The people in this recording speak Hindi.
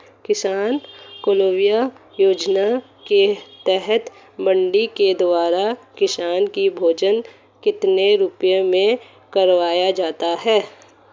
किसान कलेवा योजना के तहत मंडी के द्वारा किसान को भोजन कितने रुपए में करवाया जाता है?